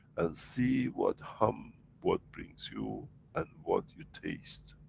and see what hum, what brings you and what you taste,